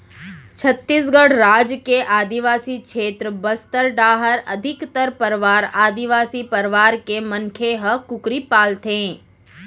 छत्तीसगढ़ राज के आदिवासी छेत्र बस्तर डाहर अधिकतर परवार आदिवासी परवार के मनखे ह कुकरी पालथें